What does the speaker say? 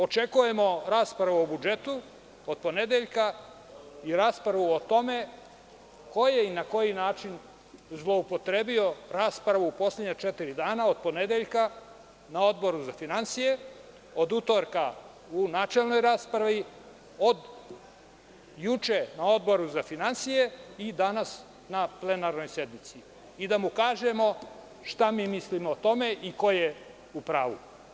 Očekujemo raspravu u budžetu od ponedeljka i raspravu o tome ko je i na koji način zloupotrebio raspravu u poslednja četiri dana, od ponedeljka, na Odboru za finansije, od utorka u načelnoj raspravi, od juče na Odboru za finansije i danas na plenarnoj sednici, i da mu kažemo šta mi mislimo o tome i ko je u pravu.